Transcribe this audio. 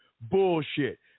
bullshit